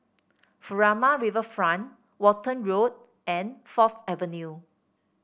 Furama Riverfront Walton Road and Fourth Avenue